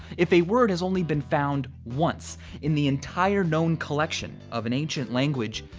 if a word has only been found once in the entire known collection of an ancient language,